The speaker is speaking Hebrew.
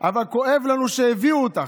אבל כואב לנו שהביאו אותך.